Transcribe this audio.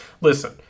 listen